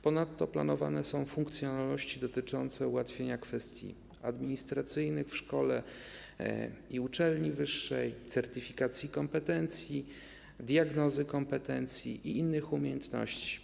Ponadto planowane są funkcjonalności dotyczące ułatwienia kwestii administracyjnych w szkołach i uczelniach wyższych, certyfikacji kompetencji, diagnozy kompetencji i innych umiejętności.